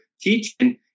teaching